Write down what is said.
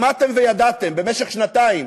שמעתם וידעתם, במשך שנתיים.